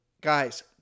guys